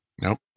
Nope